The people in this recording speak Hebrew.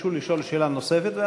ביקשו לשאול שאלה נוספת,